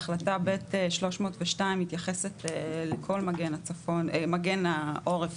החלטה ב'-302 מתייחסת לכל מגן העורף,